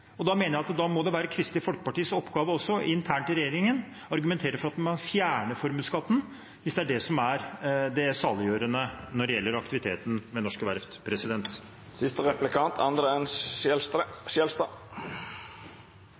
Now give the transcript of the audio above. Da mener jeg at det også må være Kristelig Folkepartis oppgave, internt i regjeringen, å argumentere for at man skal fjerne formuesskatten, hvis det er det som er det saliggjørende når det gjelder aktiviteten ved norske verft.